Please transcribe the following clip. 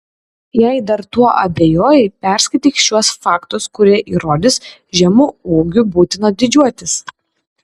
jei dar tuo abejoji perskaityk šiuos faktus kurie įrodys žemu ūgiu būtina didžiuotis